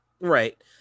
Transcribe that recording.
right